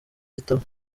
gitabo